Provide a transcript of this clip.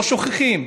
לא שוכחים.